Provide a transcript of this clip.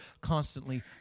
constantly